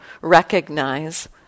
recognize